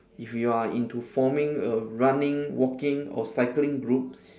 if you are into forming a running walking or cycling group